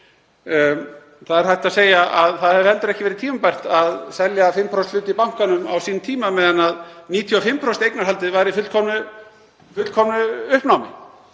Það er hægt að segja að það hafi heldur ekki verið tímabært að selja 5% hlut í bankanum á sínum tíma meðan að 95% eignarhaldið var í fullkomnu uppnámi.